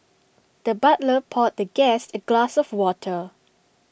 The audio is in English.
the butler poured the guest A glass of water